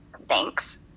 Thanks